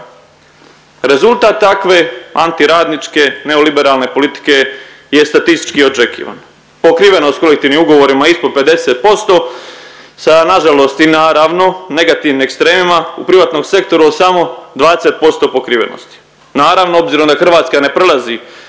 Rezultat takve antiradničke neoliberalne politike je, je statistički očekivano. Pokrivenost kolektivnim ugovorima ispod 50% sa nažalost i naravno, negativnim ekstremima u privatnom sektoru od samo 20% pokrivenosti. Naravno, obzirom da Hrvatska ne prelazi